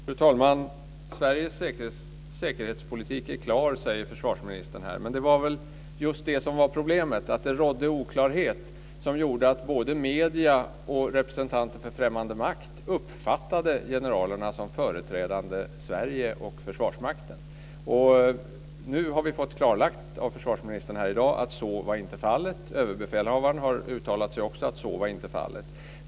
Fru talman! Sveriges säkerhetspolitik är klar, säger försvarsministern här. Men det var väl just det som var problemet. Det rådde oklarhet. Det gjorde att både medier och representanter för främmande makt uppfattade generalerna som företrädare för Sverige och Försvarsmakten. Nu har vi fått klarlagt av försvarsministern här i dag att så inte var fallet. Överbefälhavaren har också uttalat att så inte var fallet.